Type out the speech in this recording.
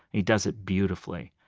he does it beautifully,